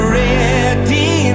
ready